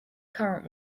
current